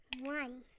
One